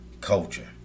culture